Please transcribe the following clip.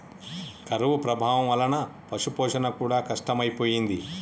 కరువు ప్రభావం వలన పశుపోషణ కూడా కష్టమైపోయింది